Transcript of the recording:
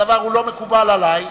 הדבר לא מקובל עלי,